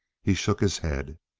he shook his head.